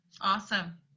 Awesome